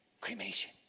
Cremation